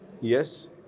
Yes